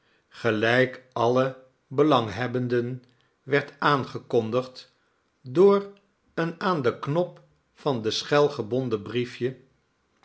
gelijk alien belanghebbenden werd aangekondigd door een aan den knop van de schel gebonden briefje